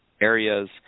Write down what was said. areas